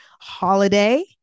holiday